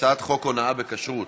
חוק איסור הונאה בכשרות